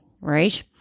right